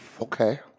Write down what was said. Okay